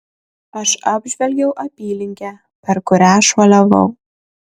aš apžvelgiau apylinkę per kurią šuoliavau